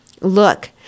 Look